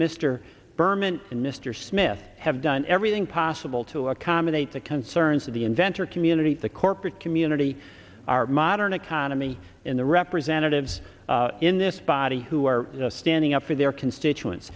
mr berman and mr smith have done everything possible to accommodate the concerns of the inventor community the corporate community our modern economy in the representatives in this body who are standing up for their constituents